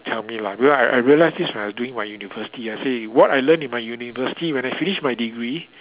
to tell me lah because I I realise this when I was doing my university I say what I learn in my university when I finish my degree